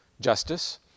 justice